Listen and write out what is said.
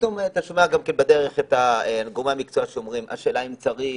ופתאום אתה שומע גם כבדרך את גורמי המקצוע שאומרים: השאלה אם צריך,